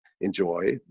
enjoy